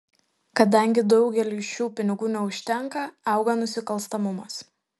kadangi daugeliui šių pinigų neužtenka auga nusikalstamumas